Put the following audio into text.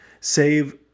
save